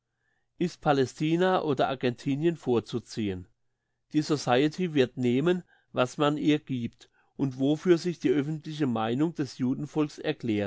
ist palästina oder argentinien vorzuziehen die society wird nehmen was man ihr gibt und wofür sich die öffentliche meinung des